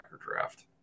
draft